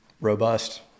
robust